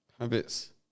Habits